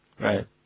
Right